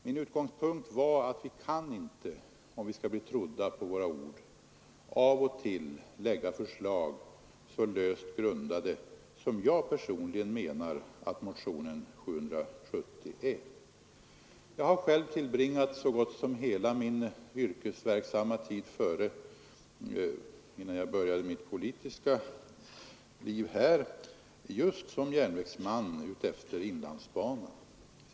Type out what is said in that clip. Min utgångspunkt var att vi, om vi vill bli trodda på vårt ord, av och till inte kan lägga fram förslag så löst grundade som jag personligen anser att motionen 770 är. Jag har själv tillbringat så gott som hela min yrkesverksamma tid, innan jag började mitt politiska liv här, som järnvägsman just utefter inlandsbanan.